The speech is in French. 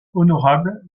honorable